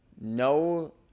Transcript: no